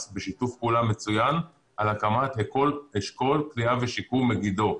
בשיתוף פעולה מצוין על הקמת אשכול כליאה ושיקום מגידו.